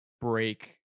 break